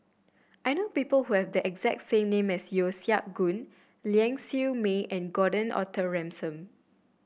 I know people who have the exact same name as Yeo Siak Goon Ling Siew May and Gordon Arthur Ransome